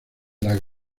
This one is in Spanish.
las